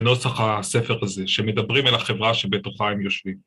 ‫נוסח הספר הזה, שמדברים ‫אל החברה שבתוכה הם יושבים.